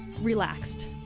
relaxed